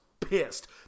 pissed